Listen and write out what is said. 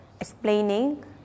explaining